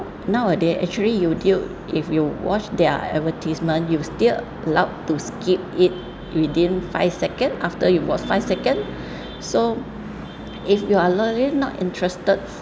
nowadays actually youtube if you watch their advertisement you still allowed to skip it within five seconds after it was five second so if you are really not interested